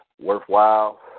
worthwhile